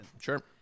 Sure